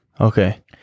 Okay